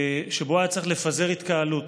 שבו היה צריך לפזר התקהלות,